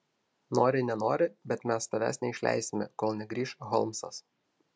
nori nenori bet mes tavęs neišleisime kol negrįš holmsas